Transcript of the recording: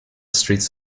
streets